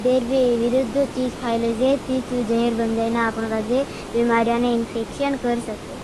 देर भी विरुद् खाये लेजे ती जूद्ध जेहर बन जाए। ने अपना कोका जे बिमारिया ने इंफिक्षियन कर सकते।